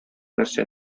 нәрсә